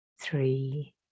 three